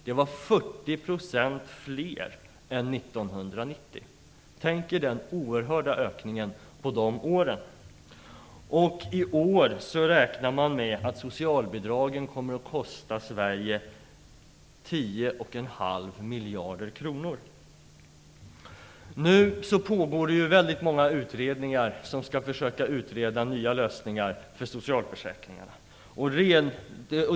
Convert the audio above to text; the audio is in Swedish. Det var 40 % fler än 1990. Tänk er den oerhörda ökningen på de åren! I år räknar man med att socialbidragen kommer att kosta Sverige Nu pågår det många utredningar som skall försöka utreda nya lösningar för socialförsäkringarna.